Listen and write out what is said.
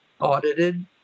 audited